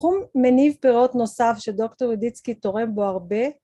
‫תחום מניב פירות נוסף ‫שדוקטור עודיצקי תורם בו הרבה.